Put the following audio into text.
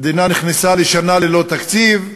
המדינה נכנסה לשנה ללא תקציב.